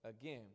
again